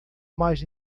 mais